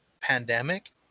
pandemic